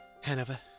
Hanover